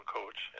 coach